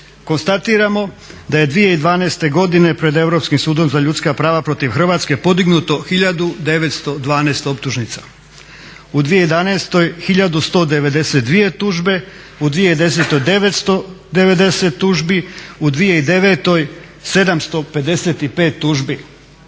Konstatiramo da je 2012. godine pred Europskim sudom za ljudska prava protiv Hrvatske podignuto hiljadu 912 optužnica. U 2011. hiljadu 192 tužbe, u 2010. 990 tužbi, u 2009. 755 tužbi.